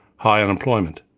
high unemployment.